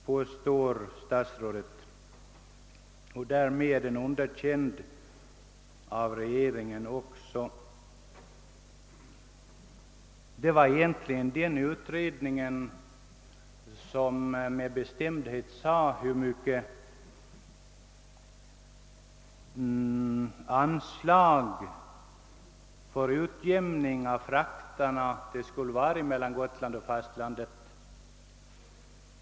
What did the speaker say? Därmed är den också underkänd av regeringen. Den utredningen har med bestämdhet angivit hur stort anslag som skulle behövas för en utjämning av fraktkostnaderna mellan Gotland och fastlandet.